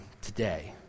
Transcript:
today